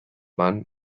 man